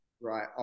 Right